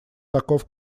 таков